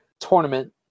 tournament